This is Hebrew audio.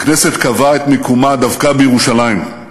הכנסת קבעה את מקומה דווקא בירושלים.